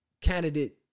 candidate